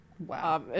Wow